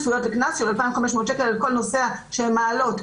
צפויות לקנס של 2,500 שקל על כל נוסע שהן מעלות,